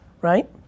Right